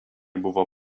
buvo